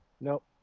Nope